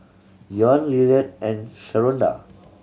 Deion Lillard and Sharonda